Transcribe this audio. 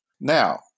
Now